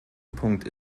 punkt